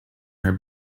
her